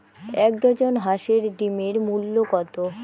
এক ডজন হাঁসের ডিমের মূল্য কত?